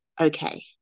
okay